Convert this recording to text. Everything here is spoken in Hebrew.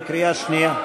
בקריאה שנייה.